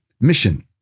mission